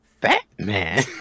Batman